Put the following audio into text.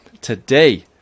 today